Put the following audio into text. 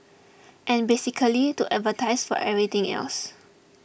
and basically to advertise for everything else